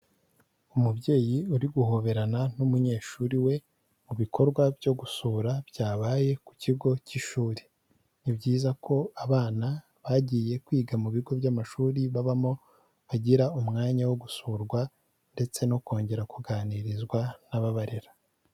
Umubyeyi uri guhoberana n'umunyeshuri we mu bikorwa byo gusura byabaye ku kigo cy'ishuri, ni byiza ko abana bagiye kwiga mu bigo by'amashuri babamo bagira umwanya wo gusurwa ndetse no kongera kuganirizwa n'ababarera.